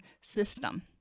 system